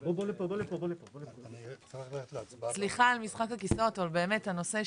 נלחמו כדי לשחק כדורגל, אבל הן מצאו